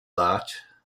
that